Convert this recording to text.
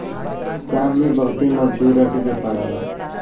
काम में बहुते मजदूर रखे के पड़ला